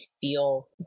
feel